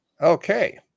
Okay